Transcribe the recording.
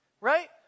right